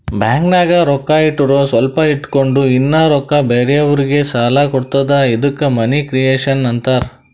ಬ್ಯಾಂಕ್ನಾಗ್ ರೊಕ್ಕಾ ಇಟ್ಟುರ್ ಸ್ವಲ್ಪ ಇಟ್ಗೊಂಡ್ ಇನ್ನಾ ರೊಕ್ಕಾ ಬೇರೆಯವ್ರಿಗಿ ಸಾಲ ಕೊಡ್ತುದ ಇದ್ದುಕ್ ಮನಿ ಕ್ರಿಯೇಷನ್ ಆಂತಾರ್